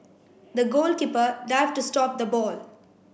the goalkeeper dived to stop the ball